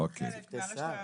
הם חלק מהרשת המשותפת.